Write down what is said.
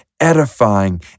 edifying